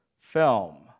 film